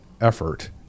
effort